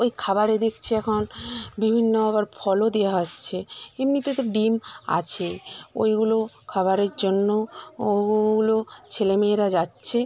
ওই খাবারে দেখছি এখন বিভিন্ন আবার ফলও দেওয়া হচ্ছে এমনিতে তো ডিম আছেই ওইগুলো খাবারের জন্যও ওগুলো ছেলেমেয়েরা যাচ্ছে